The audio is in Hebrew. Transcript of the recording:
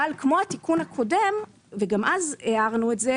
אבל כמו התיקון הקודם וגם אז הערנו את זה